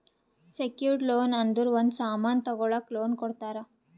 secured loan ಅಂದುರ್ ಒಂದ್ ಸಾಮನ್ ತಗೊಳಕ್ ಲೋನ್ ಕೊಡ್ತಾರ